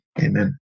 amen